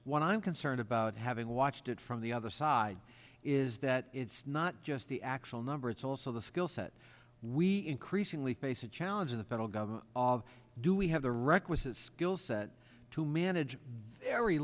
what i'm concerned about having watched it from the other side is that it's not just the actual number it's also the skill set we increasingly face a challenge in the federal government of do we have the requisite skill set to manage